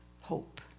hope